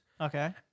Okay